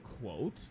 quote